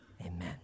amen